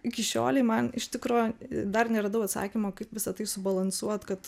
iki šiolei man iš tikro dar neradau atsakymo kaip visa tai subalansuot kad